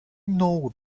know